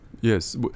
Yes